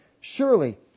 Surely